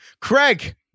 Craig